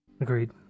Agreed